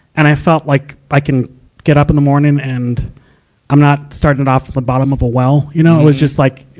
and i felt like i can get up in the morning, and i'm not starting off the bottom of a well, you know? it was just like,